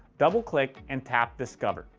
double click and tap discover